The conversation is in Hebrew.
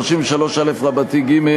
33א(ג),